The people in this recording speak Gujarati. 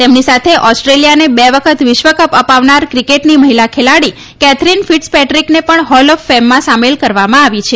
તેમની સાથે ઓસ્ટ્રેલિયાને બે વખત વિશ્વકપ અપાવનાર ક્રિકેટની મહિલા ખેલાડી કેથરિન ફિડસપેદ્રિકને પણ હોલ ઓફ ફેમમાં સામેલ કરવામાં આવી છે